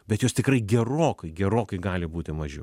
bet jos tikrai gerokai gerokai gali būti mažiau